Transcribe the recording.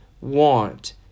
want